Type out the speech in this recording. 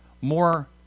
more